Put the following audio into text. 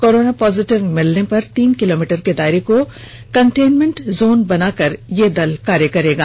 corona positive मिलने पर तीन किलोमीटर के दायरे को कन्टेनमेंट जोन बनाकर यह दल कार्य करेगा